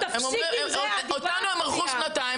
תפסיקי עם זה --- אותנו הם מרחו שנתיים,